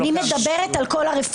אני מדברת על כל הרפורמה.